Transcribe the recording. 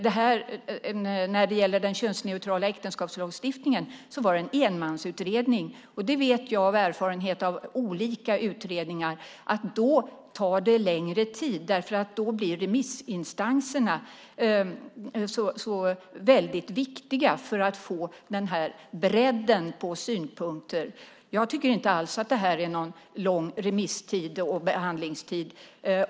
När det gäller den könsneutrala äktenskapslagstiftningen var det en enmansutredning. Jag vet av erfarenhet av olika utredningar att det då tar längre tid. Då blir remissinstanserna så väldigt viktiga för att få bredden på synpunkterna. Jag tycker inte alls att det här är någon lång remisstid och behandlingstid.